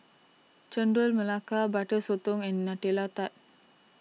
Chendol Nelaka Butter Sotong and Nutella Tart